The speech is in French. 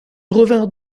revinrent